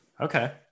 Okay